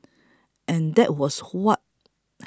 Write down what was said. and that was what